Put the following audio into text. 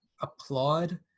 applaud